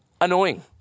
annoying